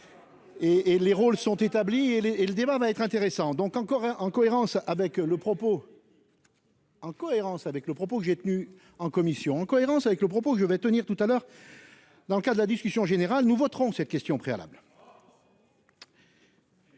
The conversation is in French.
et les rôles sont établis et le et le débat va être intéressant donc encore en cohérence avec le propos. En cohérence avec le propos que j'ai tenu en commission en cohérence avec le propos que je vais tenir tout à l'heure. Dans le cas de la discussion générale, nous voterons cette question préalable.